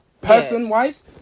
Person-wise